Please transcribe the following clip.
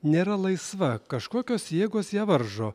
nėra laisva kažkokios jėgos ją varžo